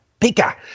Pika